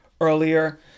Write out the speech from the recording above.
earlier